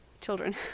children